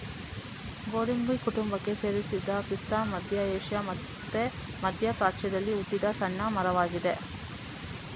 ಗೋಡಂಬಿ ಕುಟುಂಬಕ್ಕೆ ಸೇರಿದ ಪಿಸ್ತಾ ಮಧ್ಯ ಏಷ್ಯಾ ಮತ್ತೆ ಮಧ್ಯ ಪ್ರಾಚ್ಯದಲ್ಲಿ ಹುಟ್ಟಿದ ಸಣ್ಣ ಮರವಾಗಿದೆ